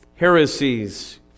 Heresies